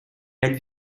elle